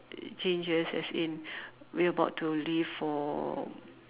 changes as in we were about to leave for